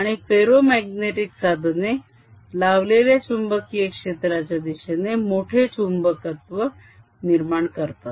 आणि फेरोमाग्नेटीक साधने लावलेल्या चुंबकीय क्षेत्राच्या दिशेने मोठे चुंबकत्व निर्माण करतात